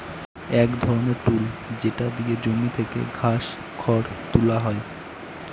এক ধরনের টুল যেটা দিয়ে জমি থেকে ঘাস, খড় তুলা হয়